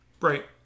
Right